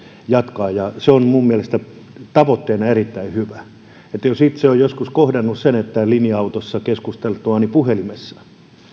jatkaa ja se on minun mielestäni tavoitteena erittäin hyvä itse olen joskus kohdannut sen että linja autossa keskusteltuani puhelimessa